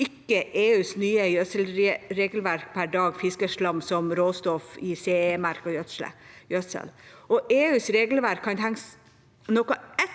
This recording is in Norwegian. ikke EUs nye gjødselregelverk i dag fiskeslam som råstoff i CE-merket gjødsel. EUs regelverk henger noe etter